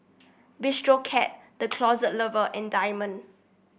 Bistro Cat The Closet Lover and Diamond